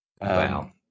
Wow